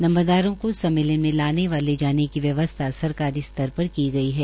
नम्बरदारों को सम्मेलन में लाने व जे जाने की व्यवस्था सरकारी स्तर पर की गई है